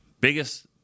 Biggest